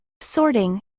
Sorting